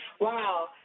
Wow